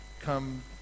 come